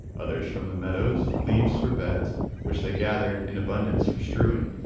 others from the meadows leaves for beds which they gathered in abundance for strewing,